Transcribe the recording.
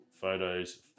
photos